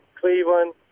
Cleveland